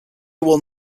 will